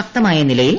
ശക്തമായ നിലയിൽ